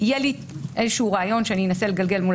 יהיה לי איזשהו רעיון שאני אנסה לגלגל מול